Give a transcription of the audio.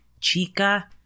chica